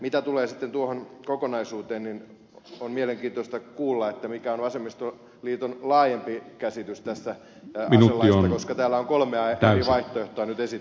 mitä tulee sitten tuohon kokonaisuuteen niin on mielenkiintoista kuulla mikä on vasemmistoliiton laajempi käsitys tästä aselaista koska täällä on nyt kolmea eri vaihtoehtoa esitetty